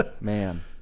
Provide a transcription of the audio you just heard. Man